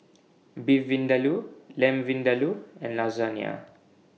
Beef Vindaloo Lamb Vindaloo and Lasagne